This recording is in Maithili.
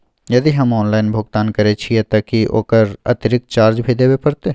यदि हम ऑनलाइन भुगतान करे छिये त की ओकर अतिरिक्त चार्ज भी देबे परतै?